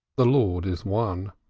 the lord is one.